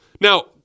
Now